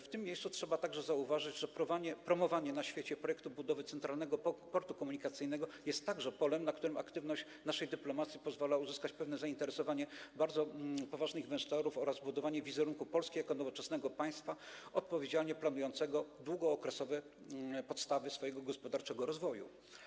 W tym miejscu trzeba także zauważyć, że promowanie na świecie projektu budowy Centralnego Portu Komunikacyjnego jest także polem, na którym aktywność naszej dyplomacji pozwoli na uzyskanie pewnego zainteresowania bardzo poważnych inwestorów oraz budowanie wizerunku Polski jako nowoczesnego państwa odpowiedzialnie planującego długookresowe podstawy swojego gospodarczego rozwoju.